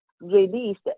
released